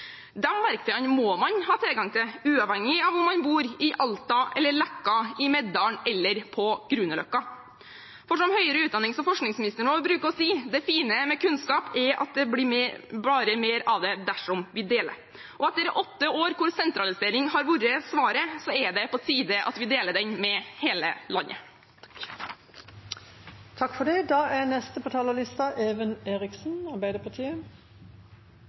verktøyene må man ha tilgang til uavhengig av om man bor i Alta, i Leka, i Medalen eller på Grünerløkka. Som vår forsknings- og høyere utdanningsminister pleier å si: Det fine med kunnskap er at det blir bare mer av det dersom vi deler. Etter åtte år hvor sentralisering har vært svaret, er det på tide at vi deler den kunnskapen med hele landet. I disse dager kommer studenter over hele landet «hem’att tel jul». Da synes jeg det er på